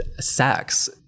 sex